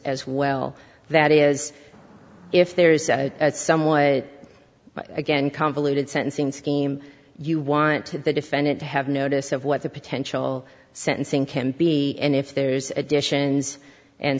as well that is if there's a somewhat again convoluted sentencing scheme you want the defendant to have notice of what the potential sentencing can be and if there's additions and